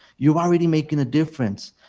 you are already making a difference,